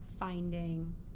finding